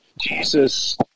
Jesus